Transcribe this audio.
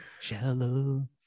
shallow